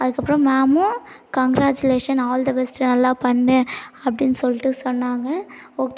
அதுக்கப்புறோம் மேமும் congratulation all the best நல்லா பண்ணு அப்டின்னு சொல்லிட்டு சொன்னாங்க ஓகே